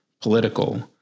political